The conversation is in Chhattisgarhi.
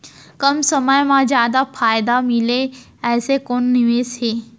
कम समय मा जादा फायदा मिलए ऐसे कोन निवेश हे?